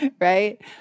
right